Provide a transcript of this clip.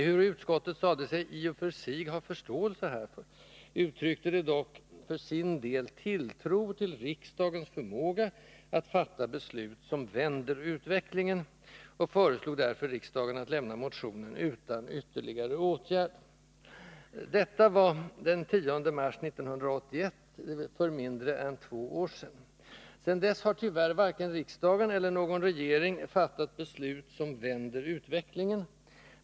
Ehuru utskottet sade sig ”i och för sig ha förståelse härför” uttryckte det dock ”för sin del tilltro till riksdagens förmåga att fatta beslut som vänder utvecklingen” och föreslog därför riksdagen att lämna motionen ”utan ytterligare åtgärd”. Detta var den 10 mars 1981, för något mer än två år sedan. Sedan dess har tyvärr varken riksdagen eller någon regering ”fattat beslut som vänder utvecklingen”.